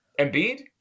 Embiid